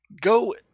go